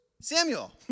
Samuel